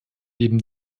eben